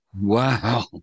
Wow